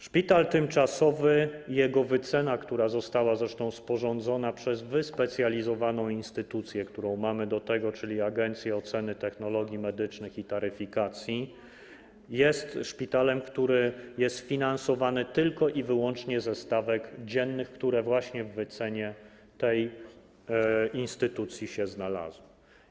Szpital tymczasowy i jego wycena, która została zresztą sporządzona przez wyspecjalizowaną instytucję, którą do tego mamy, czyli Agencję Oceny Technologii Medycznych i Taryfikacji, jest szpitalem, który jest finansowany tylko i wyłącznie ze stawek dziennych, które właśnie w wycenie tej instytucji się znalazły.